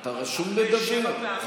אתה רשום לדבר.